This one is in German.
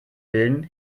bilden